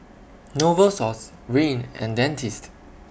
Novosource Rene and Dentiste